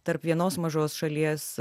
tarp vienos mažos šalies